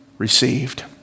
received